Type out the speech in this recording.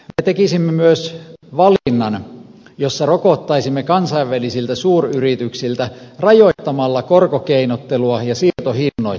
me tekisimme myös valinnan jossa rokottaisimme kansainvälisiltä suuryrityksiltä rajoittamalla korkokeinottelua ja siirtohinnoittelua